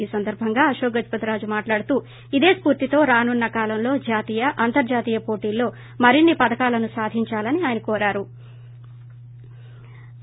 ఈ సందర్భంగా అశోక్ గజపతిరాజు మాట్లాడుతూ ఇదే స్పూర్తితో రానున్న కాలంలో జాతీయ అంతర్లాతీయ పోటీల్లో మరిన్న పథకాలను సాధించాలని ఆయన కోరారు